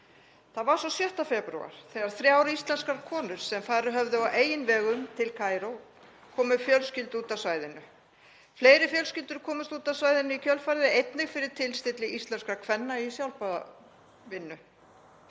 Það var svo 6. febrúar að þrjár íslenskar konur, sem farið höfðu á eigin vegum til Kaíró, komu fjölskyldu út af svæðinu. Fleiri fjölskyldur komust út af svæðinu í kjölfarið, einnig fyrir tilstilli íslenskra kvenna í sjálfboðavinnu.